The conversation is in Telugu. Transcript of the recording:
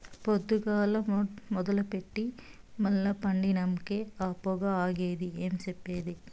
పొద్దుగాల మొదలెట్టి మల్ల పండినంకే ఆ పొగ ఆగేది ఏం చెప్పేది